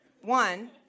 one